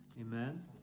amen